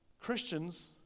Christians